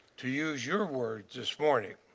to use your words this morning,